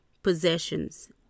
possessions